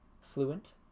Fluent